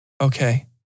Okay